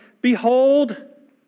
behold